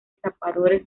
zapadores